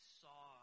saw